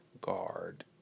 guard